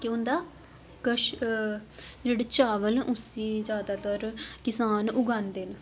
केह् होंदा कश जेह्ड़े चावल न उसी ज्यादातर किसान उगांदे न